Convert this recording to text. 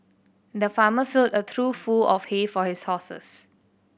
the farmer filled a trough full of hay for his horses